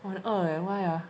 我很饿 eh why ah